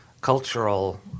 cultural